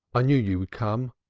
i knew you would come,